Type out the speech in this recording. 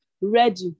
ready